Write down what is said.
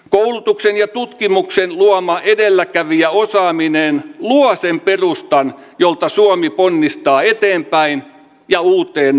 koulutukseen ja tutkimukseen uomaa edelläkävijä osaaminen uotien perustan jolta suomi ponnistaa eteenpäin ja uuteen